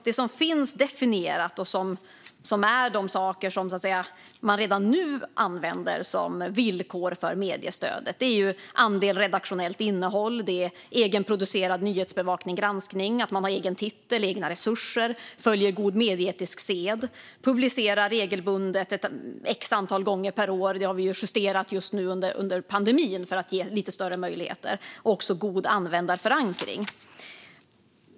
Det som finns definierat - de saker som redan nu används som villkor för mediestödet - är andelen redaktionellt innehåll, egenproducerad nyhetsbevakning och granskning samt att man har egen titel och egna resurser och följer god medieetisk sed. Det handlar också om att man publicerar regelbundet ett visst antal gånger per år - detta har vi justerat under pandemin för att ge lite större möjligheter - och har god användarförankring.